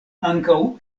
ankaŭ